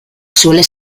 suele